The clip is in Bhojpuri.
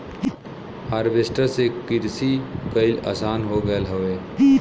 हारवेस्टर से किरसी कईल आसान हो गयल हौवे